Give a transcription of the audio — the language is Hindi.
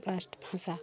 राष्ट्रभाषा